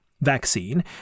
vaccine